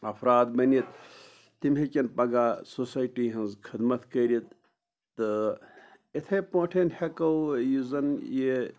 اَفراد بٕنِتھ تِم ہیٚکن پَگاہ سوسایٹی ہِنٛز خدمَت کٔرِتھ تہٕ یِتھَے پٲٹھۍ ہٮ۪کو یُس زَن یہِ